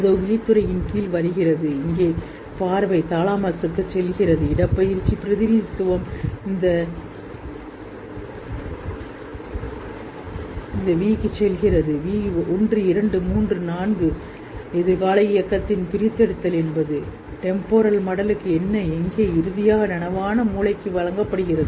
ஏதோ விழித்திரையின் கீழ் வருகிறது இங்கே பார்வை தாலமஸுக்குச் செல்கிறது இடப்பெயர்ச்சி பிரதிநிதித்துவம் இந்த v க்கு செல்கிறது v ஒரு இரண்டு இரண்டு நான்கு நான்கு எதிர்கால இயக்கத்தின் பிரித்தெடுத்தல் என்பது தற்காலிக மடலுக்கு என்ன எங்கே இறுதியாக நனவான மூளைக்கு வழங்கப்படுகிறது